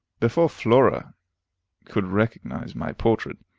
before flora could recognize my portrait,